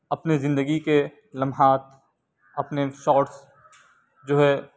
اپنے زندگی کے لمحات اپنے شاٹس جو ہے